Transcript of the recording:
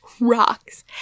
rocks